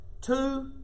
Two